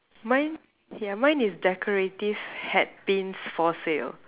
mine yeah mine is decorative hat pins for sale